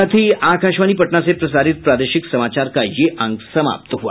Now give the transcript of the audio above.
इसके साथ ही आकाशवाणी पटना से प्रसारित प्रादेशिक समाचार का ये अंक समाप्त हुआ